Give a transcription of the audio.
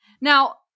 Now